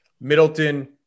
Middleton